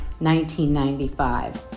1995